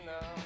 now